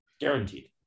Guaranteed